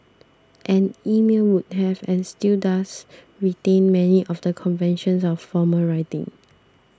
and email would have and still does retain many of the conventions of formal writing